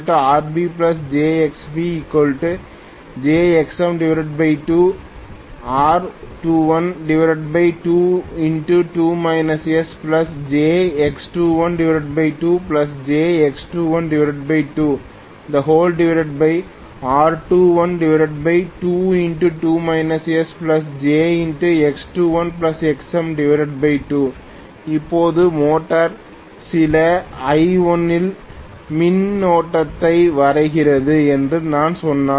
ZbRbjXb jR2122 sjX212jX212R212jX21Xm2 இப்போது motor சில I1 இன் மின்னோட்டத்தை வரைகிறது என்று நான் சொன்னால்